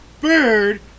Bird